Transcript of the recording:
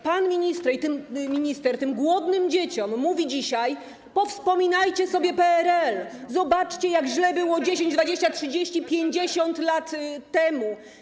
Pan minister tym głodnym dzieciom mówi dzisiaj: powspominajcie sobie PRL, zobaczcie, jak źle było 10, 20, 30, 50 lat temu.